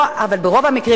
ברוב המקרים,